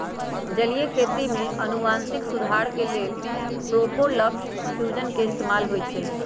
जलीय खेती में अनुवांशिक सुधार के लेल प्रोटॉपलस्ट फ्यूजन के इस्तेमाल होई छई